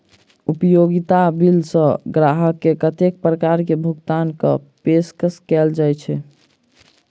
उपयोगिता बिल सऽ ग्राहक केँ कत्ते प्रकार केँ भुगतान कऽ पेशकश कैल जाय छै?